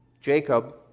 Jacob